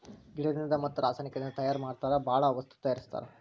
ಗಿಡದಿಂದ ಮತ್ತ ರಸಾಯನಿಕದಿಂದ ತಯಾರ ಮಾಡತಾರ ಬಾಳ ವಸ್ತು ತಯಾರಸ್ತಾರ